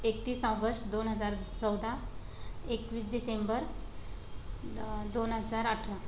एकतीस ऑगस्ट दोन हजार चौदा एकवीस डिसेंबर दोन हजार अठरा